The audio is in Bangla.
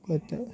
ওতে